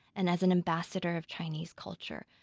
and as an ambassador of chinese culture.